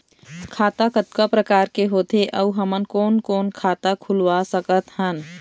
खाता कतका प्रकार के होथे अऊ हमन कोन कोन खाता खुलवा सकत हन?